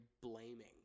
blaming